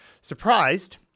Surprised